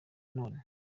none